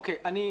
תחרותית.